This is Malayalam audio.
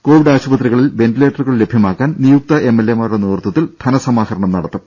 കോവിഡ് ആശുപത്രികളിൽ വെന്റിലേറ്ററുകൾ ലഭ്യമാക്കാൻ നിയുക്ത എംഎൽഎ മാരുടെ നേതൃത്വത്തിൽ ധനസമാഹരണം നടത്തും